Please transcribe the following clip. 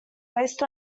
based